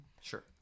Sure